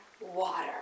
water